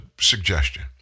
suggestion